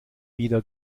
wieder